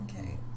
okay